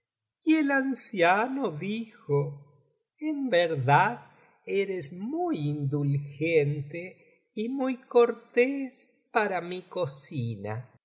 y el anciano dijo en verdad eres muy indulgente y muy cortés para mi cocina